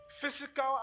physical